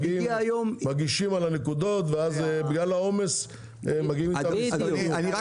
מגישים על נקודות ובגלל העומס מגיעים איתם להסדרי טיעון.